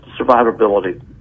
survivability